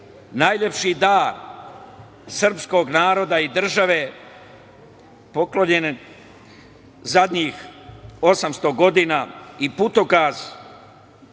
najlepši dar srpskog naroda i države poklonjene zadnjih 800 godina i putokaz